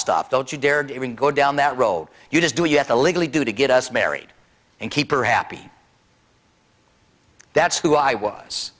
stop don't you dare go down that road you just do it you have to legally do to get us married and keep her happy that's who i was